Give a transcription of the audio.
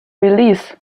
release